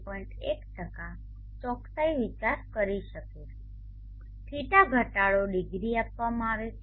1 ચોકસાઈ વિચાર કરી શકે δ ઘટાડો ડિગ્રી આપવામાં આવે છે